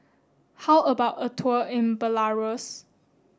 how about a tour in Belarus